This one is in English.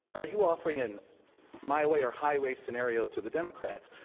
are you offering an my way or highway scenario to the democrats?